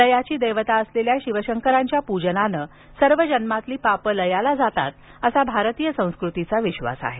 लयाची देवता असलेल्या शिव शंकरांच्या प्रजनाने सर्व जन्मातील पापे लयाला जातात असा भारतीय संस्कृतीचा विश्वास आहे